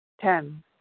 Ten